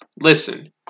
listen